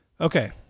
Okay